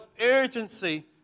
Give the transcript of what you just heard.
urgency